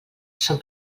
són